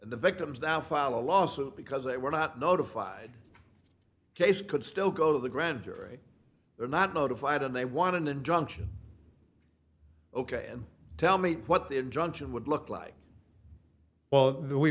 the victims that filed a lawsuit because they were not notified case could still go to the grand jury they're not notified and they want an injunction ok and tell me what the injunction would look like well we